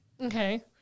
Okay